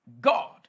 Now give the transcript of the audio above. God